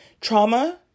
trauma